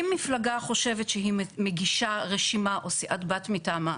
אם מפלגה חושבת שהיא מגישה רשימה או סיעת בת מטעמה,